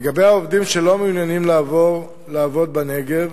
לגבי העובדים שלא מעוניינים לעבור לעבוד בנגב,